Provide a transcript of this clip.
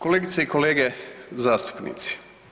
Kolegice i kolege zastupnici.